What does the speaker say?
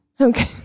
Okay